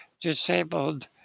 disabled